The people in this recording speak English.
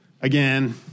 again